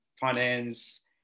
finance